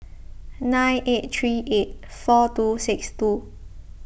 nine eight three eight four two six two